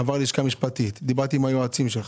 עבר לשכה משפטית, דיברתי עם היועצים שלך.